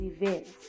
events